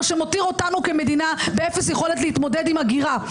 מה שמותיר אותנו כמדינה באפס יכולת להתמודד עם הגירה.